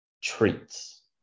treats